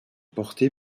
porté